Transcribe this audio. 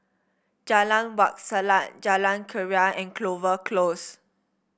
Jalan Wak Selat Jalan Keria and Clover Close